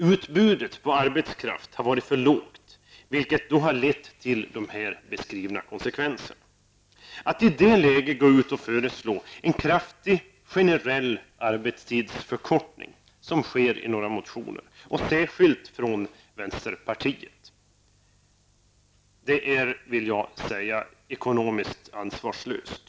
Utbudet på arbetskraft har varit för litet, vilket har lett till de beskrivna konsekvenserna. Att i det läget gå ut och föreslå en kraftig generell arbetstidsförkortning -- vilket görs i några motioner, särskilt från vänsterpartiet -- är ekonomiskt ansvarslöst.